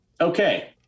Okay